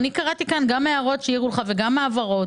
קראתי כאן גם הערות שהעירו לך וגם העברות,